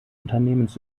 unternehmens